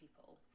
people